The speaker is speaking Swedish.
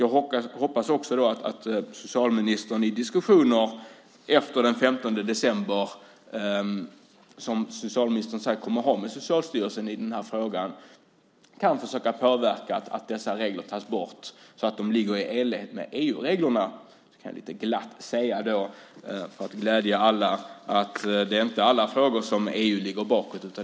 Jag hoppas också att socialministern i de diskussioner efter den 15 december som socialministern ska ha med Socialstyrelsen i den här frågan kan försöka påverka så att dessa regler tas bort och blir i enlighet med EU-reglerna. Jag kan lite glatt säga att det inte är i alla frågor som EU ligger efter.